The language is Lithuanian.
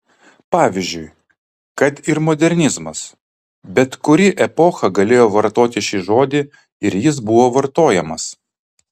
pavyzdžiui kad ir modernizmas bet kuri epocha galėjo vartoti šį žodį ir jis buvo vartojamas